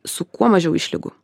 su kuo mažiau išlygų